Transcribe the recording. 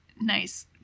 nice